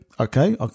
Okay